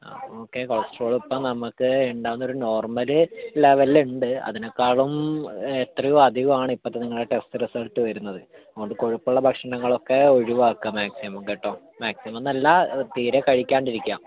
ആ okay cholesterol ഇപ്പം നമുക്ക് ഉണ്ടാവുന്നൊരു നോർമൽ ലെവൽ ഉണ്ട് അതിനേക്കാളും എത്രയോ അധികം ആണ് ഇപ്പോൾ നിങ്ങളുടെ ടെസ്റ്റ് റിസൾട്ട് വരുന്നത് അതുകൊണ്ട് കൊഴുപ്പുള്ള ഭക്ഷണങ്ങളൊക്കെ ഒഴിവാക്കുക മാക്സിമം കേട്ടോ മാക്സിമം എന്നല്ല തീരെ കഴിക്കാണ്ടിരിക്കുക